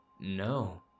No